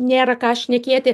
nėra ką šnekėti